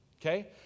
Okay